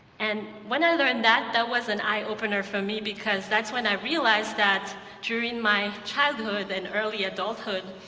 and when i learned that, that was an eye-opener for me, because that's when i realized that during my childhood and early adulthood,